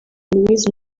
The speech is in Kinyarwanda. louise